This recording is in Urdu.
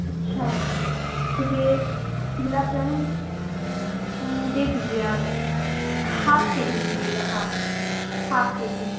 اچھا مجھے گلاب جامن دے دیجیے آپ ہاف کے جی دیجیے گا ہاف ہاف کے جی